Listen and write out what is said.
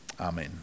Amen